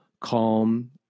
calm